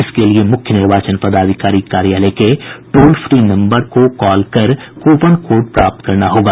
इसके लिए मुख्य निर्वाचन पदाधिकारी कार्यालय के टोल फ्री नम्बर पर कॉल कर क्रपन कोड प्राप्त करना होगा